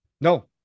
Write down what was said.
No